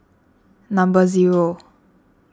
number zero